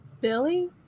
Billy